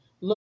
look